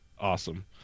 awesome